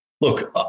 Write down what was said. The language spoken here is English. Look